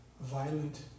violent